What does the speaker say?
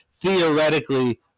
theoretically